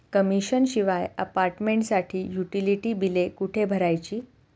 Commission शिवाय अपार्टमेंटसाठी utility बिले कुठे भरायची?